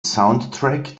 soundtrack